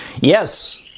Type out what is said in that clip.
Yes